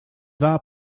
war